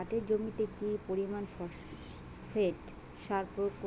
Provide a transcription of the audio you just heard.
পাটের জমিতে কি পরিমান ফসফেট সার প্রয়োগ করব?